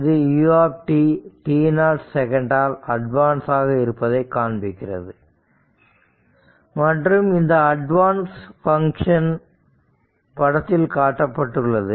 இது u t0 செகண்ட்ஆல் அட்வான்சாக இருப்பதை காண்பிக்கிறது மற்றும் இந்த அட்வான்ஸ் பங்க்ஷன் படத்தில் காட்டப்பட்டுள்ளது